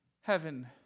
heaven